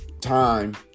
time